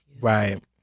Right